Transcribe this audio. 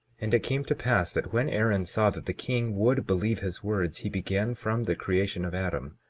and it came to pass that when aaron saw that the king would believe his words, he began from the creation of adam,